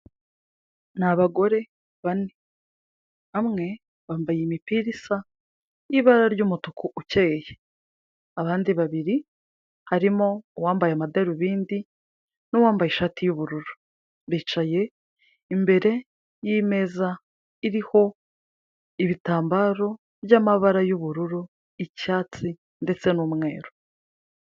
Ni abagore bane, bamwe bambaye imipira isa y'ibara ry'umutuku ukeye, abandi babiri harimo uwambaye amadarubindi n'uwambaye ishati y'ubururu, bicaye imbere y'imeza, iriho ibitambaro by'amabara y'ubururu, icyatsi ndetse n'umweru.